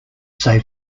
say